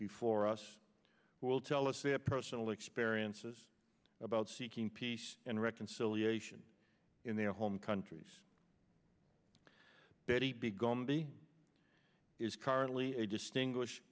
before us who will tell us their personal experiences about seeking peace and reconciliation in their home countries betty gombe is currently a distinguish